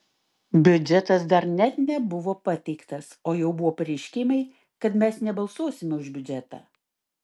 biudžetas dar net nebuvo pateiktas o jau buvo pareiškimai kad mes nebalsuosime už biudžetą